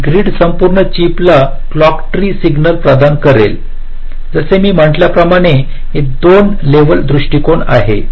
ते ग्रीड संपूर्ण चिपला क्लॉक ट्री सिग्नल प्रदान करेल जसे मी म्हटल्याप्रमाणे हे 2 लेवल दृष्टिकोन आहे